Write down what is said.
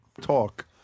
talk